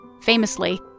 Famously